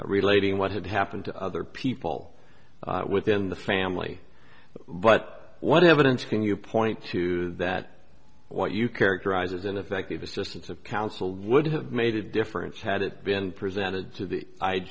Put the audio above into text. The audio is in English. relating what had happened to other people within the family but what evidence can you point to that what you characterize as ineffective assistance of counsel would have made a difference had it been presented to the i